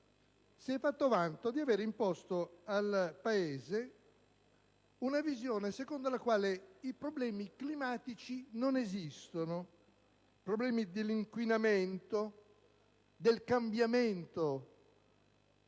Si è fatto vanto di avere imposto al Paese una visione secondo la quale i problemi climatici non esistono: i problemi dell'inquinamento, del cambiamento del mondo